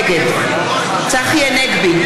נגד צחי הנגבי,